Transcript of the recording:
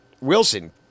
Wilson